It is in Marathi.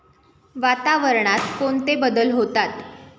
वातावरणात कोणते बदल होतात?